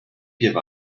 give